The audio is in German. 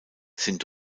sind